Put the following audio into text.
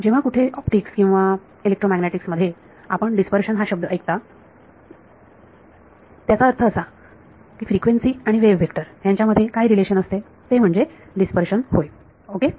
जेव्हा कुठे ऑप्टिक्स किंवा इलेक्ट्रोमॅग्नेटिक्स मध्ये आपण डीस्पर्शन हा शब्द ऐकता त्याचा अर्थ असा फ्रिक्वेन्सी आणि वेव्ह व्हेक्टर यांच्यामध्ये काय रिलेशन असते ते म्हणजे डीस्पर्शन होय ओके